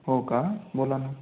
हो का बोला ना